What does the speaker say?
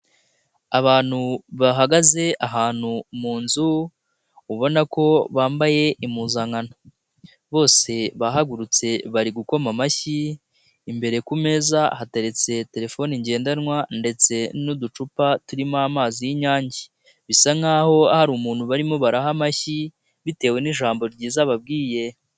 Abantu bahagaze ahantu mu nzu ubona ko bambaye impuzankano. Bose bahagurutse bari gukoma amashyi, imbere kumeza hateretse telefone ngendanwa ndetse n'uducupa turimo amazi y'inyange. Bisa nkaho hari umuntu barimo baraha amashyi bitewe n'ijambo ryiza babwiye.